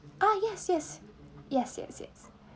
oh yes yes yes yes yes